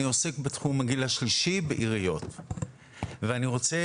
אני עוסק בתחום בגיל השלישי בעיריות ואני רוצה